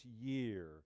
year